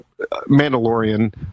Mandalorian